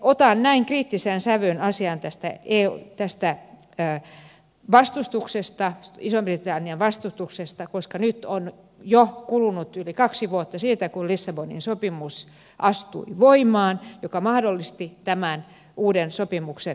otan näin kriittisen sävyn asiaan tästä ison britannian vastustuksesta koska nyt on jo kulunut yli kaksi vuotta siitä kun lissabonin sopimus astui voimaan mikä mahdollisti tämän uuden sopimuksen kirjoittamisen